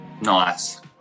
Nice